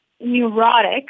neurotic